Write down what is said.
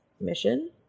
mission